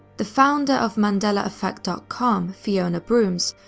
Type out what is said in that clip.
the founder of mandelaeffect um com, fiona broomes,